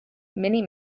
mini